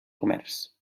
comerç